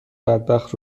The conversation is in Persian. بدبخت